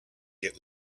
get